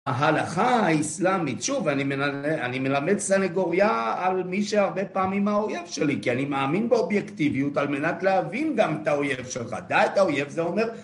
ההלכה האסלאמית, שוב, אני מל... אני מלמד סנגוריה על מי שהרבה פעמים האויב שלי, כי אני מאמין באובייקטיביות על מנת להבין גם את האויב שלך. דע את האויב זה אומר